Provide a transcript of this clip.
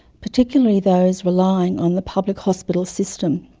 particularly those relying on the public hospital system.